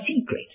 secret